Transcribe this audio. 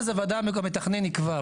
אז המתכנן יקבע,